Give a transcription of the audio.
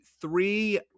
three